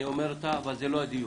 אני אומר אותה אבל זה לא הדיון.